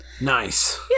Nice